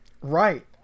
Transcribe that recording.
Right